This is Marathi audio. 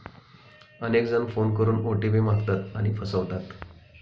अनेक जण फोन करून ओ.टी.पी मागतात आणि फसवतात